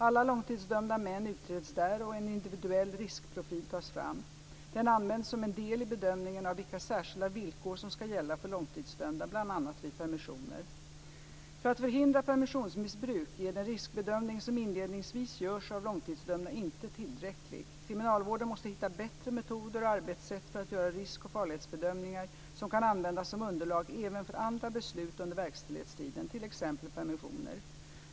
Alla långtidsdömda män utreds där och en individuell riskprofil tas fram. Den används som en del i bedömningen av vilka särskilda villkor som ska gälla för långtidsdömda, bl.a. vid permissioner. För att förhindra permissionsmissbruk är den riskbedömning som inledningsvis görs av långtidsdömda inte tillräcklig. Kriminalvården måste hitta bättre metoder och arbetssätt för att göra risk och farlighetsbedömningar som kan användas som underlag även för andra beslut under verkställighetstiden, t.ex. permissioner.